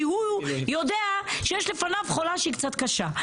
כי הוא יודע שיש לפני חולה שהיא קצת קשה.